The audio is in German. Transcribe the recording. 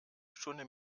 stunde